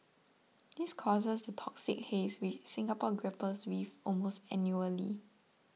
this causes the toxic haze which Singapore grapples with almost annually